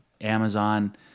Amazon